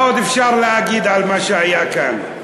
מה עוד אפשר להגיד על מה שהיה כאן,